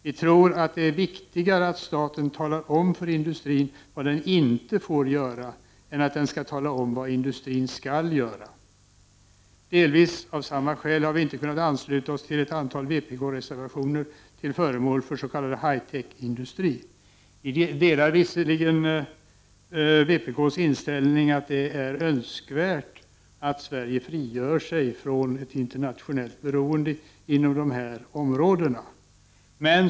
Vi tror att det är viktigare att staten talar om för industrin vad den inte får göra än vad industrin skall göra. Delvis av samma skäl har vi inte kunnat ansluta oss till ett antal vpk-reservationer till förmån för s.k. hi-tech-industri. Men vi delar i och för sig vpk:s inställning att det är önskvärt att Sverige frigör sig från ett internationellt beroende på detta område.